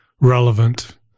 relevant